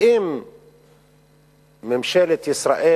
אם ממשלת ישראל